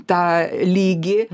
tą lygį